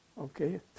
Okay